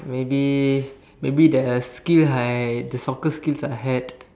maybe maybe the skill I the soccer skills I had